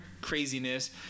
craziness